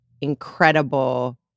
incredible